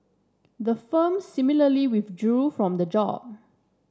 the firm similarly withdrew from the job